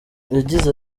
yagize